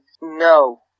No